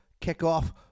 kick-off